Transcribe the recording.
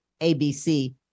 ABC